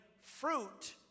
fruit